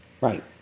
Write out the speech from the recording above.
Right